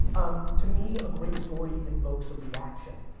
um to me a great story invokes a reaction.